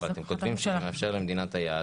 אבל אתם כותבים שמאפשר למדינת היעד.